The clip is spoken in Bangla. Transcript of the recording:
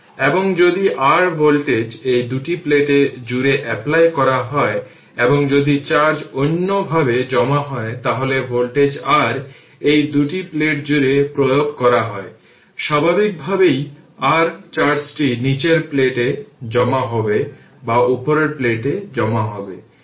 এবং যদি r ভোল্টেজ এই দুই প্লেট জুড়ে এপলাই করা হয় এবং যদি চার্জ অন্য ভাবে জমা হয় তাহলে ভোল্টেজ r এই দুটি প্লেট জুড়ে প্রয়োগ করা হয় স্বাভাবিকভাবেই r চার্জটি নীচের প্লেটে জমা হবে বা উপরের প্লেটে জমা হবে